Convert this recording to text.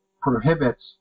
prohibits